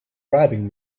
bribing